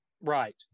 right